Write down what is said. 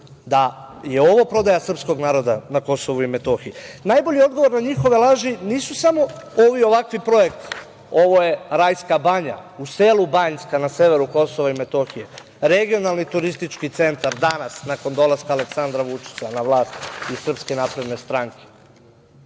da je ovo prodaja srpskog naroda na Kosovu i Metohiji? Najbolji odgovor na njihove laži nisu samo ovi ovakvi projekti. Ovo je Rajska Banja u selu Banjska na severu Kosova i Metohije, regionalni turistički centar danas, nakon dolaska Aleksandra Vučića na vlast i SNS.Najbolji odgovor